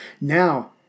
Now